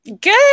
Good